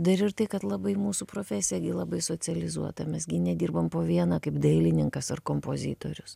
dar ir tai kad labai mūsų profesija labai socializuota mes gi nedirbam po vieną kaip dailininkas ar kompozitorius